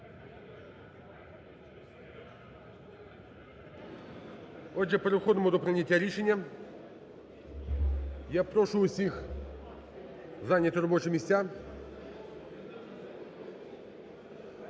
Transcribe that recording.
Отже, переходимо до прийняття рішення. Я прошу усіх зайняти робочі місця.